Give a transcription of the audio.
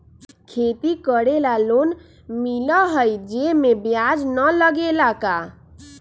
खेती करे ला लोन मिलहई जे में ब्याज न लगेला का?